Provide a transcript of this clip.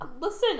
Listen